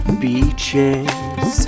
beaches